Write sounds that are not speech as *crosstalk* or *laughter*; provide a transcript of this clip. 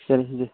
*unintelligible*